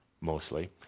mostly